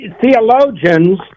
Theologians